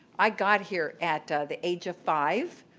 i got here at the age of five.